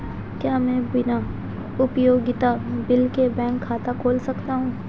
क्या मैं बिना उपयोगिता बिल के बैंक खाता खोल सकता हूँ?